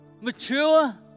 Mature